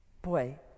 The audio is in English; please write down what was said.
boy